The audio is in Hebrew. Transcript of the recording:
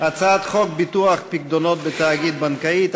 הצעת חוק ביטוח פיקדונות בתאגיד בנקאי,